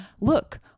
look